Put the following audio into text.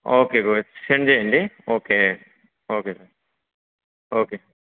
okay good send చేయండి okay okay sir okay